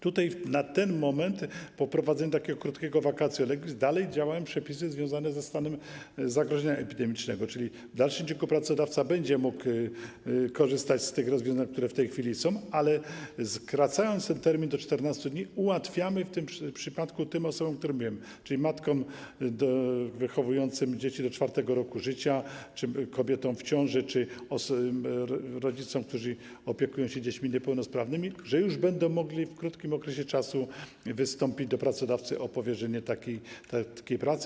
Tutaj na ten moment po wprowadzeniu krótkiego vacatio legis dalej działają przepisy związane ze stanem zagrożenia epidemicznego, czyli w dalszym ciągu pracodawca będzie mógł korzystać z rozwiązań, które są w tej chwili, ale skracając ten termin do 14 dni, ułatwiamy w tym przypadku osobom, o których mówiłem, czyli matkom wychowującym dzieci do 4 roku życia czy kobietom w ciąży, czy rodzicom, którzy opiekują się dziećmi niepełnosprawnymi, że już będą mogli w krótkim okresie wystąpić do pracodawcy o powierzenie takiej pracy.